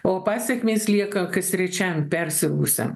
o pasekmės lieka kas trečiam persirgusiam